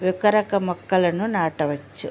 యొకరక మొక్కలను నాటవచ్చు